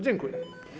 Dziękuję.